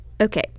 okay